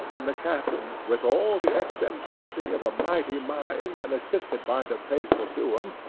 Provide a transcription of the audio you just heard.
than the captain, with all the eccentricity of a mighty mind, and assisted by the faithful do'em,